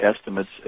estimates